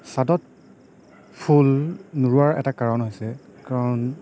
চাদত ফুল নোৰোৱাৰ এটা কাৰণ হৈছে কাৰণ